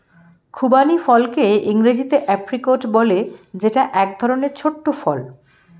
খুবানি ফলকে ইংরেজিতে এপ্রিকট বলে যেটা এক রকমের ছোট্ট ফল